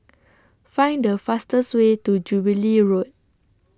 Find The fastest Way to Jubilee Road